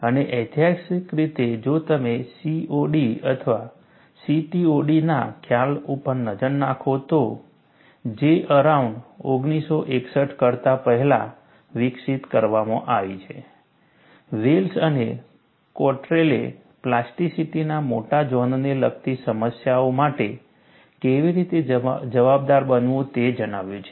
અને ઐતિહાસિક રીતે જો તમે COD અથવા CTOD ના ખ્યાલ ઉપર નજર નાખો તો J અરાઉન્ડ 1961 કરતા પહેલા વિકસિત કરવામાં આવી છે વેલ્સ અને કોટ્રેલે પ્લાસ્ટિસિટીના મોટા ઝોનને લગતી સમસ્યાઓ માટે કેવી રીતે જવાબદાર બનવું તે જણાવ્યું છે